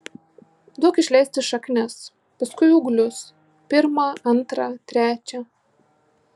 duok išleisti šaknis paskui ūglius pirmą antrą trečią